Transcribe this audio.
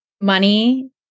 money